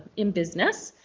in business.